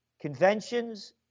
Conventions